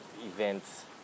events